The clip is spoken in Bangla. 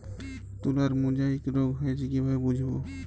তুলার মোজাইক রোগ হয়েছে কিভাবে বুঝবো?